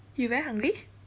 you very hungry